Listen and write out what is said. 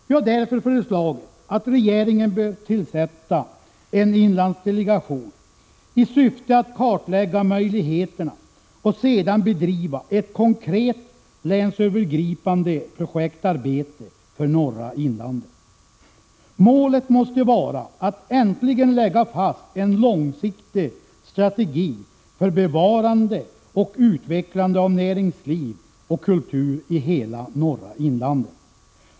Vi har därför föreslagit att regeringen skall tillsätta en inlandsdelegation i syfte att kartlägga möjligheterna och sedan bedriva ett konkret länsövergripande projektarbete för norra inlandet. Målet måste vara att äntligen lägga fast en långsiktig strategi för bevarande och utvecklande av näringsliv och kultur i hela norra inlandet.